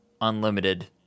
unlimited